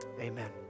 Amen